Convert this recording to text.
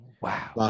wow